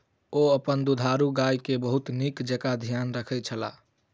ओ अपन दुधारू गाय के बहुत नीक जेँका ध्यान रखै छला